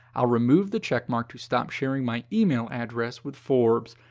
i'll remove the checkmark to stop sharing my email address with forbes.